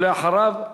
ואחריו,